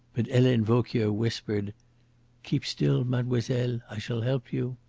but helene vauquier whispered keep still, mademoiselle. i shall help you.